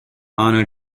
arnold